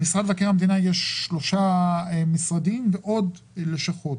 למשרד מבקר המדינה יש שלושה משרדים ויש גם לשכות.